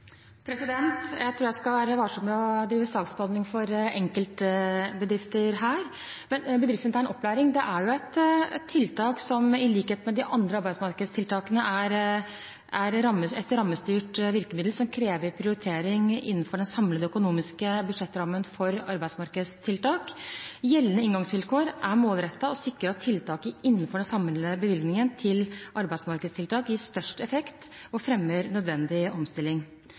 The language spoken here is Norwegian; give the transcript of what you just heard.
Jeg tror jeg skal være varsom med å drive saksbehandling for enkeltbedrifter her. Men bedriftsintern opplæring er jo et tiltak som – i likhet med de andre arbeidsmarkedstiltakene – er et rammestyrt virkemiddel som krever prioritering innenfor den samlede økonomiske budsjettrammen for arbeidsmarkedstiltak. Gjeldende inngangsvilkår er målrettede og sikrer at tiltaket innenfor den samlede bevilgningen til arbeidsmarkedstiltak gir størst effekt og fremmer nødvendig omstilling.